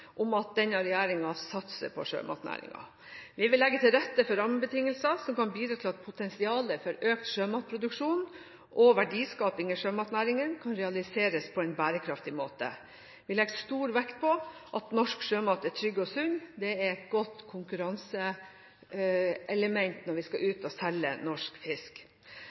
om at denne regjeringen satser på sjømatnæringen. Vi vil legge til rette for rammebetingelser som kan bidra til at potensialet for økt sjømatproduksjon og verdiskaping i sjømatnæringene kan realiseres på en bærekraftig måte. Vi legger stor vekt på at norsk sjømat er trygg og sunn. Det er et godt konkurranseelement når vi skal ut og selge norsk fisk.